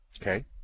Okay